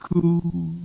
cool